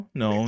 no